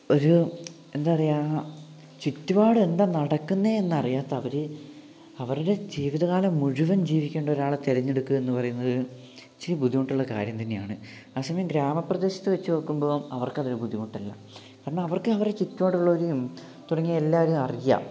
ഒരു എന്താ പറയുക ചുറ്റുപാട് എന്താ നടക്കുന്നതെന്ന് അറിയാത്ത അവര് അവരുടെ ജീവിതകാലം മുഴുവൻ ജീവിക്കേണ്ട ഒരാളെ തിരഞ്ഞെടുക്കുക എന്ന് പറയുന്നത് ഇച്ചിരി ബുദ്ധിമുട്ടുള്ള കാര്യം തന്നെയാണ് ആ സമയം ഗ്രാമപ്രദേശത്ത് വച്ച് നോക്കുമ്പോൾ അവർക്കതൊരു ബുദ്ധിമുട്ടല്ല കാരണം അവർക്ക് അവരെ ചുറ്റുപാടുള്ളവരേയും തുടങ്ങിയ എല്ലാവരേയും അറിയാം